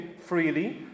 freely